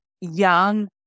young